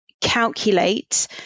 calculate